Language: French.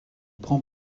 prend